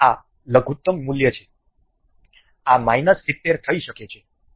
અને આ લઘુત્તમ મૂલ્ય માટે આ માઈનસ 70 થઈ શકે છે